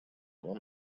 вам